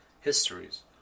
histories